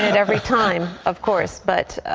and every time of course, but